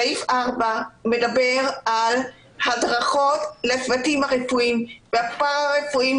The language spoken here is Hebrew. סעיף 4 מדבר על הדרכות לצוותים הרפואיים והפרא-רפואיים